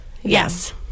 Yes